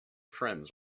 friends